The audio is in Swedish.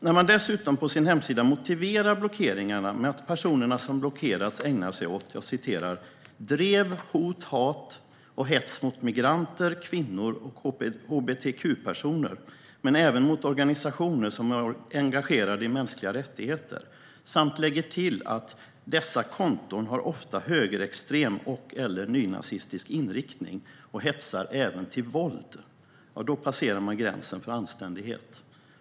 På sin hemsida motiverar man dessutom blockeringarna med att personerna som blockerats ägnat sig åt "drev, hot, hat och hets mot migranter, kvinnor och HBTQ-personer, men även mot organisationer som är engagerade i mänskliga rättigheter". Man lägger också till: "Dessa konton har ofta högerextrem och/eller nynazistisk inriktning och hetsar även till våld." Därmed passerar man gränsen för anständighet.